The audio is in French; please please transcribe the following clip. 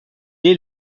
est